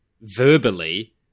verbally